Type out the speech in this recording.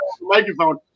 Microphone